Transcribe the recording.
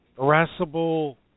irascible